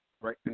right